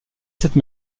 cette